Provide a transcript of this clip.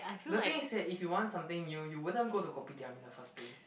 the things is that if you want something new you wouldn't go to Kopitiam in the first place